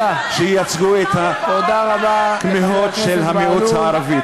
שייצגו את הכמיהות של המיעוט הערבי.